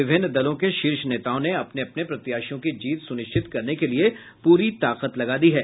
विभिन्न दलों के शीर्ष नेताओं ने अपने अपने प्रत्याशियों की जीत सुनिश्चित करने के लिए प्ररी ताकत लगा दी है